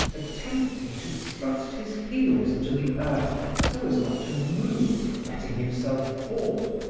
attempting to thrust his heels into the earth so as not to move, letting himself fall,